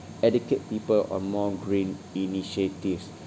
educate people on more green initiatives